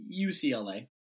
UCLA